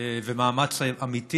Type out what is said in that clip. ויש מאמץ אמיתי